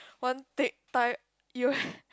one tick time you